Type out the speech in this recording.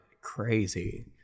crazy